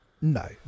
No